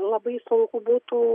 labai sunku būtų